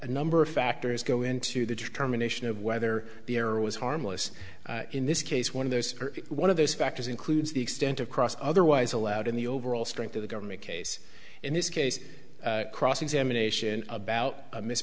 a number of factors go into the determination of whether the error was harmless in this case one of those or one of those factors includes the extent of cross otherwise allowed in the overall strength of the government case in this case cross examination about miss